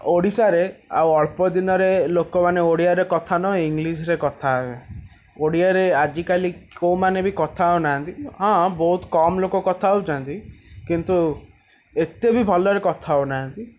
ଓଡ଼ିଶାରେ ଆଉ ଅଳ୍ପଦିନରେ ଲୋକମାନେ ଓଡ଼ିଆରେ କଥା ନ ହେଇ ଇଂଲିଶ୍ରେ କଥା ହେବେ ଓଡ଼ିଆରେ ଆଜିକାଲି କେଉଁମାନେ ବି କଥା ହୋଉନାହାନ୍ତି ହଁ ବହୁତ କମ୍ ଲୋକ କଥା ହେଉଛନ୍ତି କିନ୍ତୁ ଏତେ ବି ଭଲରେ କଥା ହେଉନାହାନ୍ତି